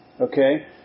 okay